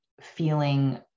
feeling